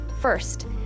First